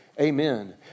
Amen